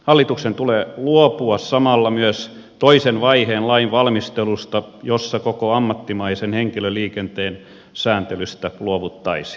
hallituksen tulee luopua samalla myös toisen vaiheen lainvalmistelusta jossa koko ammattimaisen henkilöliikenteen sääntelystä luovuttaisiin